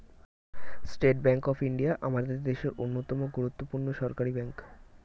state Bank of India আমাদের দেশের অন্যতম গুরুত্বপূর্ণ সরকারি ব্যাঙ্ক